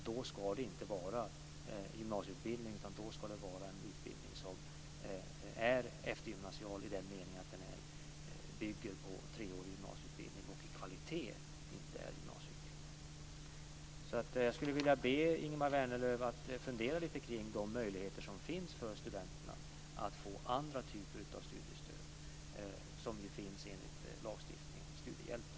Då ska det inte handla om gymnasieutbildning utan om en utbildning som är eftergymnasial i den meningen att den bygger på treårig gymnasieutbildning och har en annan kvalitet än gymnasieutbildningen. Jag skulle vilja be Ingemar Vänerlöv att fundera lite kring de möjligheter som finns för studenterna att få andra typer av studiestöd enligt lagstiftningen om studiehjälpen.